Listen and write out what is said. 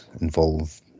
involve